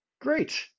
great